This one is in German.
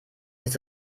ist